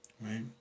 right